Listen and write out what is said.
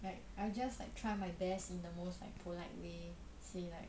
like I just like try my best in the most polite way say like